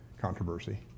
controversy